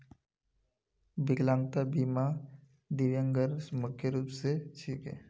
विकलांगता बीमा दिव्यांगेर मुख्य रूप स छिके